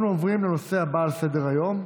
אנחנו עוברים לנושא הבא על סדר-היום,